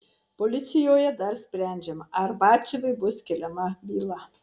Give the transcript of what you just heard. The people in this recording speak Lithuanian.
policijoje dar sprendžiama ar batsiuviui bus keliama byla